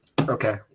okay